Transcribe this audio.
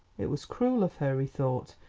it was cruel of her, he thought,